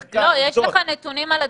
יש לך נתונים על הדבקות?